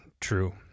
true